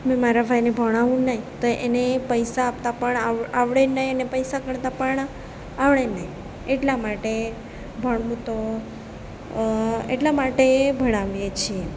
મેં મારા ભાઈને ભણાવું નહીં તો એને પૈસા આપતા પણ આવડે નહીં ને એને પૈસા ગણતાં પણ આવડે નહીં એટલા માટે ભણવું તો એટલા માટે ભણાવીએ છીએ